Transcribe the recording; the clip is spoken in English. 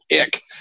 ick